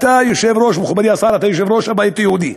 אתה, מכובדי השר, יושב-ראש הבית היהודי.